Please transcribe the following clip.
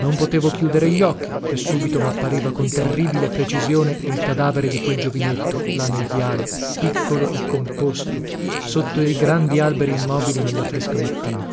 non potevo chiudere gli occhi ché subito mappariva con terribile precisione il cadavere di quel giovinetto là nel viale piccolo e composto sotto i grandi alberi immobili nella fresca mattina